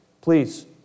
please